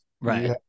Right